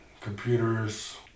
computers